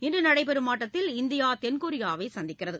இன்று நடைபெறும் ஆட்டத்தில் இந்தியா தென் கொரியாவை சந்திக்கிறது